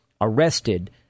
arrested